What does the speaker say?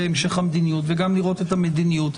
המשך המדיניות וגם לראות את המדיניות.